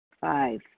Five